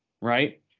right